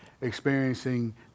experiencing